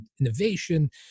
innovation